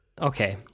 okay